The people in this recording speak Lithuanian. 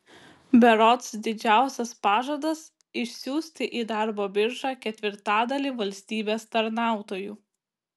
berods didžiausias pažadas išsiųsti į darbo biržą ketvirtadalį valstybės tarnautojų